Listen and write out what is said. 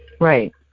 Right